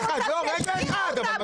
רוצה שישאירו אותם.